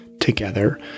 together